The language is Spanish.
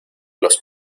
los